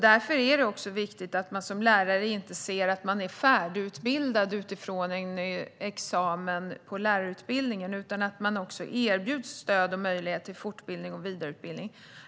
Därför är det också viktigt att inte som lärare se sig som färdigutbildad utifrån en examen från lärarutbildningen utan se att man också erbjuds stöd och möjlighet till fortbildning och vidareutbildning.